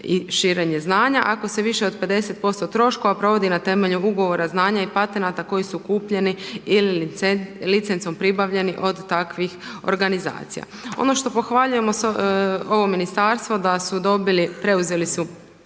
i širenje znanja, ako se više od 50% troškova provodi na temelju ugovora znanja i patenata koji su kupljeni ili licencom pribavljeni od takvih organizacija. Ono što pohvaljujemo ovo ministarstvo da su preuzeli